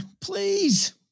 please